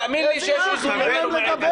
תאמין לי שיש איזון מעל ומעבר.